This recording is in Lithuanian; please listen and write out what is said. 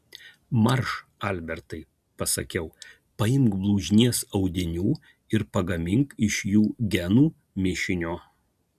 marš albertai pasakiau paimk blužnies audinių ir pagamink iš jų genų mišinio